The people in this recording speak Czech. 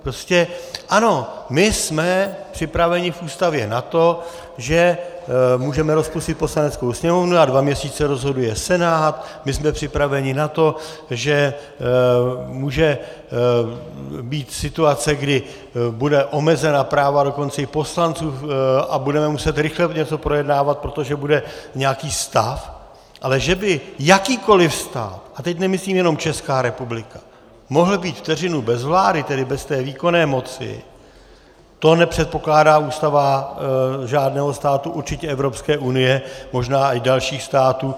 Prostě ano, my jsme připraveni v Ústavě na to, že můžeme rozpustit Poslaneckou sněmovnu a dva měsíce rozhoduje Senát, my jsme připraveni na to, že může být situace, kdy budou omezena práva dokonce i poslanců a budeme muset rychle něco projednávat, protože bude nějaký stav, ale že by jakýkoliv stát, a teď nemyslím jenom Českou republiku, mohl být vteřinu bez vlády, tedy bez té výkonné moci, to nepředpokládá ústava žádného státu určitě Evropské unie, možná i dalších států.